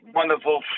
wonderful